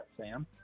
Sam